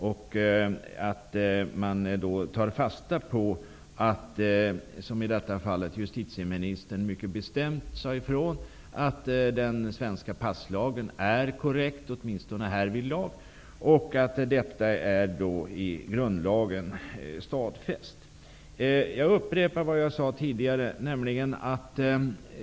Man bör då ta fasta på, som justitieministern mycket bestämt gjorde, att den svenska passlagen åtminstone härvidlag är korrekt, och att rättigheten till pass är stadfäst i grundlagen.